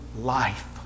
life